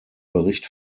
bericht